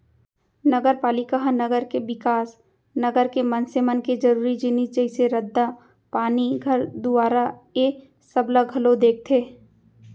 नगरपालिका ह नगर के बिकास, नगर के मनसे मन के जरुरी जिनिस जइसे रद्दा, पानी, घर दुवारा ऐ सब ला घलौ देखथे